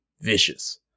Vicious